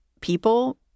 people